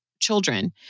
children